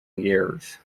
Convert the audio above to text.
years